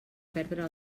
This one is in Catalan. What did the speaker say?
perdre